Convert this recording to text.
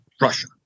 Russia